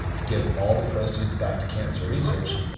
give all the proceeds back to cancer research.